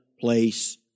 place